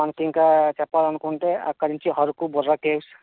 మనకింకా చెప్పాలనుకుంటే అక్కడ నుంచి అరకు బుర్రా కేవ్స్